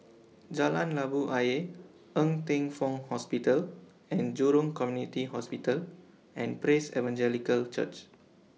Jalan Labu Ayer Ng Teng Fong Hospital and Jurong Community Hospital and Praise Evangelical Church